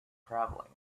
traveling